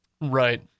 right